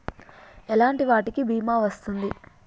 ఎలాంటి వాటికి బీమా వస్తుంది?